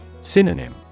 Synonym